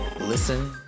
listen